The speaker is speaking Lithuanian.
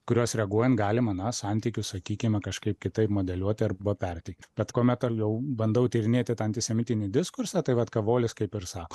kurios reaguojant galima na santykius sakykime kažkaip kitaip modeliuoti arba perteikti bet kuomet ar jau bandau tyrinėti tą antisemitinį diskursą tai vat kavolis kaip ir sako